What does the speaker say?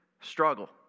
struggle